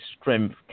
strength